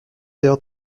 heures